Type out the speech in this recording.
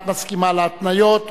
את מסכימה להתניות.